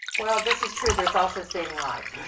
well, this is true, but it's also saving lives.